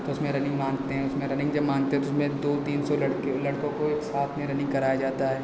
तो उसमें रनिंग माँगते हैं उसमें रनिंग जब माँगते हैं तो उसमें दो तीन सौ लड़के लड़कों को साथ में रनिंग कराया जाता है